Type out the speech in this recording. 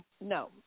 No